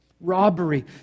robbery